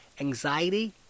anxiety